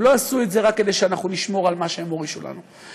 הם לא עשו את זה רק כדי שאנחנו נשמור את מה שהם הורישו לנו,